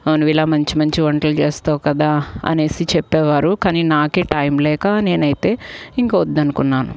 నువ్వు ఇలా మంచి మంచి వంటలు చేస్తావు కదా అనేసి చెప్పేవారు కానీ నాకే టైం లేక నేను అయితే ఇంక వద్దు అనుకున్నాను